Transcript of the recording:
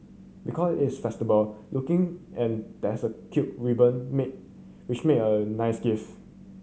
because it's festival looking and there's a cute ribbon may which make a nice gift